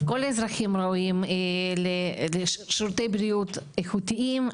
כל האזרחים זכאים לשירותי בריאות איכותיים,